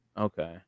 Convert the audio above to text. Okay